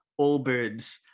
Allbirds